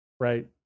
right